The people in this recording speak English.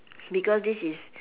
because this is